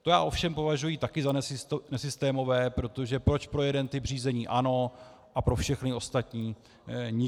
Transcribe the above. To já ovšem považuji taky za nesystémové, protože proč pro jeden typ řízení ano a pro všechny ostatní nikoli?